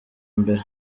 mbere